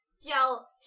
yell